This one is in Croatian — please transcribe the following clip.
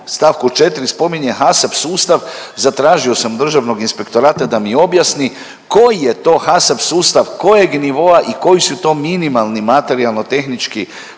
stavku 4. spominje HASAP sustav. Zatražio sam Državnog inspektorata da mi objasni koji je to HASAP sustav kojeg nivoa i koji su to minimalni materijalno-tehnički